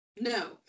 no